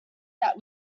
that